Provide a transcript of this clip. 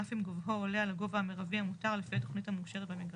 אף אם גובהו עולה על הגובה המרבי המותר לפי התכנית המאושרת במגרש.